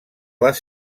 les